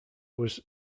was